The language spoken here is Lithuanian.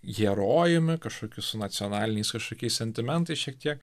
herojumi kažkokiu su nacionaliniais iššūkiais sentimentais šiek tiek